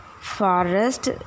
forest